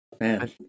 Man